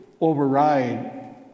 override